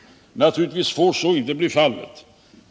Naturligtvis får så inte bli fallet.